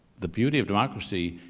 the beauty of democracy,